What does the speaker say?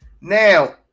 Now